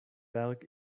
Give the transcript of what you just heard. berg